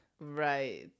Right